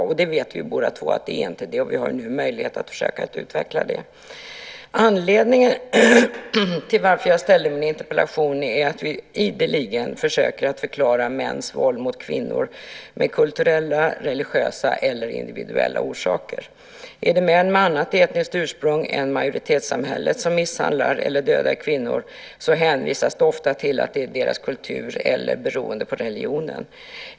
Vi vet ju båda två att det inte är det, och vi har ju nu möjlighet att försöka utveckla det. Anledningen till att jag ställde min interpellation är att vi ideligen försöker förklara mäns våld mot kvinnor med kulturella, religiösa eller individuella orsaker. Är det män med annat etniskt ursprung än majoritetssamhällets som misshandlar eller dödar kvinnor så hänvisas det ofta till att det beror på deras kultur eller religion.